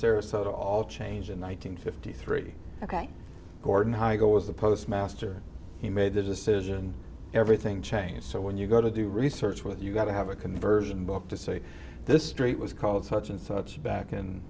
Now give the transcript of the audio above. sarasota all changed in one thousand fifty three ok gordon heigl was the postmaster he made the decision everything changes so when you go to do research with you got to have a conversion book to say this trait was called such and such back and